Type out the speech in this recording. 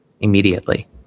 immediately